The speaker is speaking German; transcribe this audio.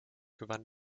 gewann